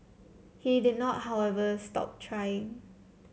he did not however stop trying